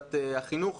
ועדת החינוך,